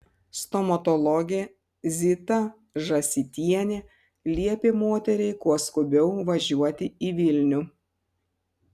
stomatologė zita žąsytienė liepė moteriai kuo skubiau važiuoti į vilnių